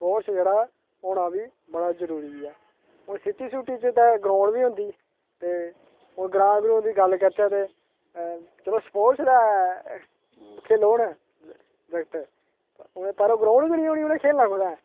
sports जेह्ड़ा ऐ होना बी बड़ा जरूरी ऐ हून सिटी सुटी च ते ग्राउंड बी होंदी ते हून ग्रांऽ ग्रूं दी गल्ल करचै चलो स्पोर्टस ते खेलो न जागत पर ग्राउंड गै निं होनी उ'नें खेलना कुत्थै ऐ